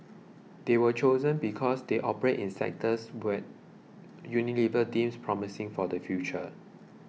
they were chosen because they operate in sectors what Unilever deems promising for the future